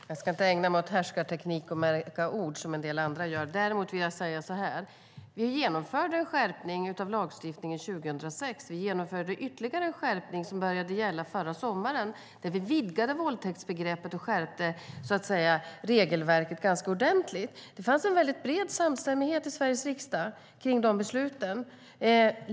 Herr talman! Jag ska inte ägna mig åt härskarteknik och att märka ord, som en del andra gör. Vi genomförde en skärpning av lagstiftningen 2006. Vi genomförde ytterligare en skärpning som började gälla förra sommaren där våldtäktsbegreppet vidgades och regelverket skärptes ordentligt. Det fanns en bred samstämmighet i Sveriges riksdag om besluten.